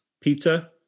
pizza